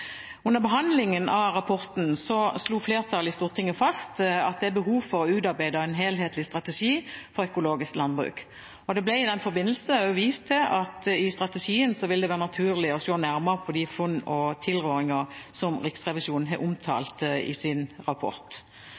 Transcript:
Under behandlingen av rapporten slo flertallet i Stortinget fast at det er behov for å utarbeide en helhetlig strategi for økologisk landbruk. I den forbindelse ble det også vist til at det i strategien vil være naturlig å se nærmere på de funn og tilrådinger som Riksrevisjonen har omtalt i sin rapport.